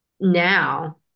now